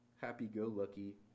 happy-go-lucky